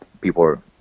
people